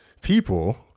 people